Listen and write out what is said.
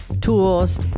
tools